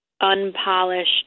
unpolished